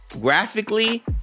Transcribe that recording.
graphically